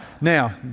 Now